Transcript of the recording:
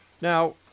Now